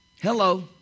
Hello